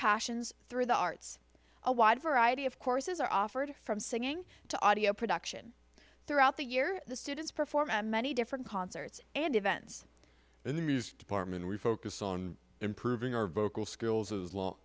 passions through the arts a wide variety of courses are offered from singing to audio production throughout the year the students perform at many different concerts and events in the music department we focus on improving our vocal skills as l